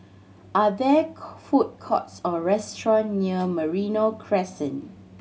are there food courts or restaurants near Merino Crescent